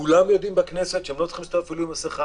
כולם יודעים בכנסת שלא צריכים אפילו להסתובב עם מסכה